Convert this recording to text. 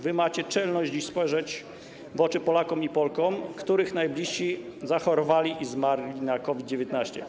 Wy macie dziś czelność spojrzeć w oczy Polakom i Polkom, których najbliżsi zachorowali i zmarli na COVID-19?